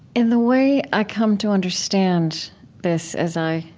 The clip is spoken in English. in the way i come to understand this as i,